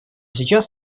сейчас